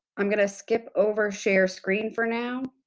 i'm going to skip over share screen for now